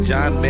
John